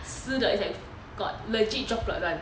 湿的 it's like got legit droplets [one]